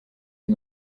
les